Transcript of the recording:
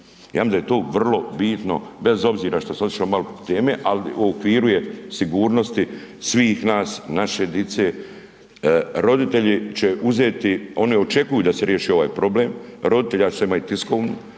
Ja mislim da je to vrlo bitno, bez obzira što sam otišao malo van teme, ali u okviru je sigurnosti svih nas, naše dice. Roditelji će uzeti, oni očekuju da se riješi ovaj problem roditelja, ja ću sada imati i tiskovnu,